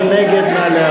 מי נגד?